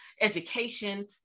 education